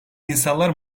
insanlar